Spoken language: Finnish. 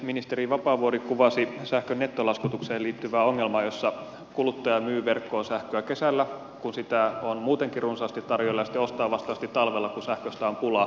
ministeri vapaavuori kuvasi sähkön nettolaskutukseen liittyvää ongelmaa jossa kuluttaja myy verkkoon sähköä kesällä kun sitä on muutenkin runsaasti tarjolla ja sitten ostaa vastaavasti talvella kun sähköstä on pulaa